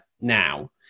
now